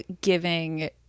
giving